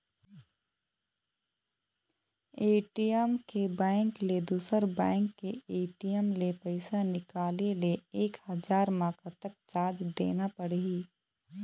ATM के bank ले दुसर बैंक के ए.टी.एम ले पैसा निकाले ले एक हजार मा कतक चार्ज देना पड़ही?